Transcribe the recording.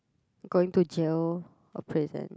going to jail or prison